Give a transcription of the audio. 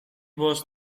was